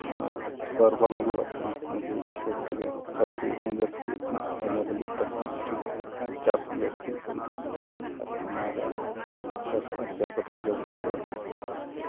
ᱱᱚᱣᱟ ᱥᱟᱨ ᱵᱟᱝ ᱞᱟᱜᱟᱜ ᱠᱟᱱᱟ ᱚᱱᱟ ᱜᱩᱨᱤᱡ ᱠᱚ ᱛᱮᱜᱮ ᱪᱟᱥ ᱦᱩᱭᱩᱜ ᱢᱟ ᱵᱮᱥ ᱦᱩᱭᱩᱜ ᱠᱟᱱᱟ ᱦᱚᱲᱢᱚ ᱞᱟᱹᱜᱤᱫ ᱛᱮᱦᱚᱸ ᱴᱷᱤᱠ ᱛᱟᱦᱮᱸ ᱠᱟᱱᱟ ᱪᱟᱥ ᱦᱚᱸ ᱵᱮᱥ ᱦᱩᱭᱩᱜ ᱠᱟᱱ ᱛᱟᱦᱮᱸᱜ ᱟᱨ ᱚᱱᱟ ᱨᱮᱭᱟᱜ ᱪᱟᱥ ᱟᱨᱡᱟᱣ ᱠᱟᱛᱮᱜ ᱡᱚᱢ ᱠᱟᱛᱮ